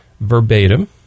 verbatim